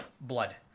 blood